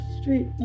Street